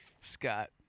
Scott